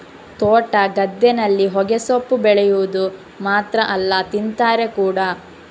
ತೋಟ, ಗದ್ದೆನಲ್ಲಿ ಹೊಗೆಸೊಪ್ಪು ಬೆಳೆವುದು ಮಾತ್ರ ಅಲ್ಲ ತಿಂತಾರೆ ಕೂಡಾ